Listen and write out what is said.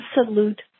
absolute